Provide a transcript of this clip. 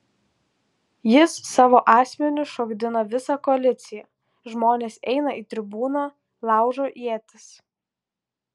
jis savo asmeniu šokdina visą koaliciją žmonės eina į tribūną laužo ietis